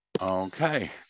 Okay